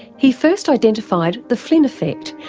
he first identified the flynn effect,